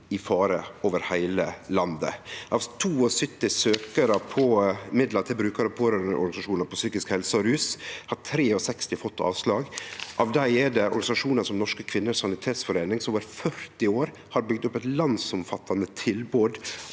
i fare over heile landet. Av 72 søkjarar på midlar til brukar- og pårørandeorganisasjonar innan psykisk helse og rus har 63 fått avslag. Av dei er det organisasjonar som Norske Kvinners Sanitetsforening, som over 40 år har bygd opp eit landsomfattande støttetilbod